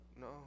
no